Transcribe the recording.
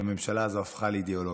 שהממשלה הזו הפכה לאידיאולוגיה: